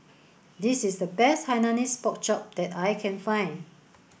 this is the best Hainanese pork chop that I can find